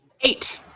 Eight